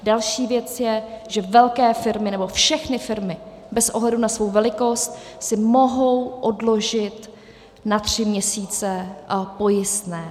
Další věc je, že velké nebo všechny firmy bez ohledu na svou velikost, si mohou odložit na tři měsíce pojistné.